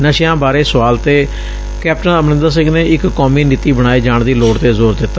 ਨਸ਼ਿਆਂ ਬਾਰੇ ਸੁਆਲ ਤੇ ਕੈਪਟਨ ਅਮਰੰਦਰ ਸਿੰਘ ਨੇ ਇਕ ਕੌਮੀ ਨੀਤੀ ਬਣਾਏ ਜਾਣ ਦੀ ਲੋੜ ਤੇ ਜ਼ੋਰ ਦਿੱਤਾ